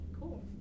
Cool